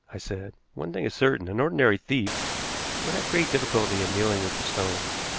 i said. one thing is certain, an ordinary thief would have great difficulty in dealing with the stones.